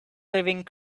living